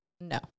no